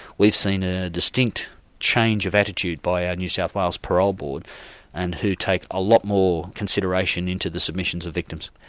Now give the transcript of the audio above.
we've seen a distinct change of attitude by our new south wales parole board and who take a lot more consideration into the submissions of victims.